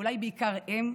אולי בעיקר הם,